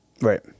Right